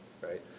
right